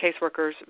caseworkers